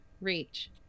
reach